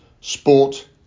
sport